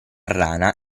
rana